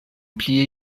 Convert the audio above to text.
pli